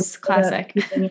classic